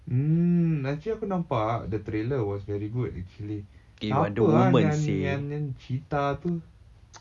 mm actually aku nampak the trailer was very good actually apa ah yang yang yang cheetah tu